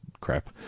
crap